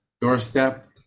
doorstep